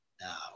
Now